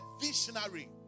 visionary